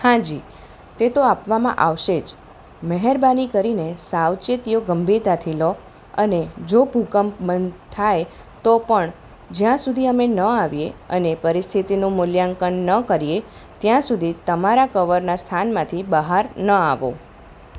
હા જી તે તો આપવામાં આવશે જ મહેરબાની કરીને સાવચેતીઓ ગંભીરતાથી લો અને જો ભૂકંપ બંધ થાય તો પણ જ્યાં સુધી અમે ન આવીએ અને પરિસ્થિતિનું મૂલ્યાંકન ન કરીએ ત્યાં સુધી તમારા કવરના સ્થાનમાંથી બહાર ન આવો